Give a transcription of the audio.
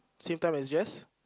same time as Jess